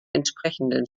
entsprechenden